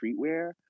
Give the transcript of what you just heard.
streetwear